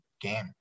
game